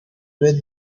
with